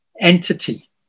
entity